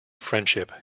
friendship